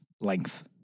length